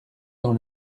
dans